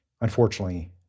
Unfortunately